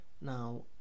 Now